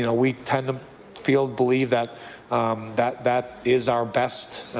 you know we tend to feel believe that that that is our best